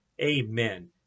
Amen